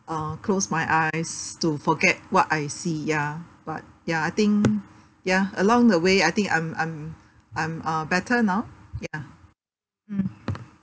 uh close my eyes to forget what I see ya but ya I think ya along the way I think I'm I'm I'm uh better now ya mm